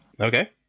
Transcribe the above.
Okay